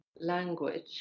language